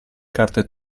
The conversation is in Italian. carte